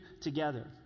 together